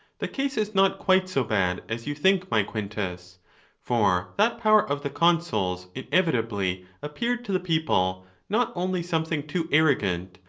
the case is not quite so bad as you think, my quintus for that power of the consuls inevitably appeared to the people not only something too arrogant,